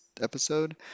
episode